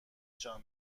جان